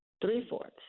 three-fourths